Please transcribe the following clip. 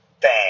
bang